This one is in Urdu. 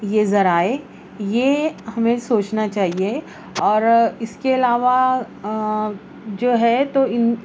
یہ ذرائع یہ ہمیں سوچنا چاہیے اور اس کے علاوہ جو ہے تو ان